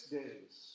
days